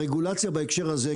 הרגולציה בהקשר הזה,